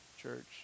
church